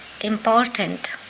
important